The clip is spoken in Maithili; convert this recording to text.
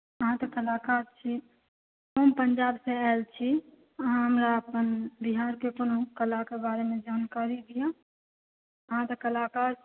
अहाँ तऽ कलाकार छी हम पञ्जाबसँ आयल छी अहाँ हमरा अपन बिहारके कोनो कलाके बारेमे जानकारी दिअ अहाँ तऽ कलाकार छी